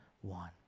one